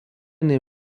nie